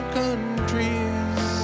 countries